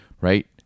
right